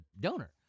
donor